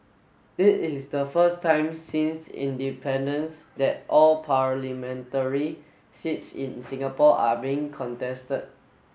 it is the first time since independence that all parliamentary seats in Singapore are being contested